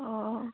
অঁ